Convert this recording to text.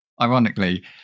Ironically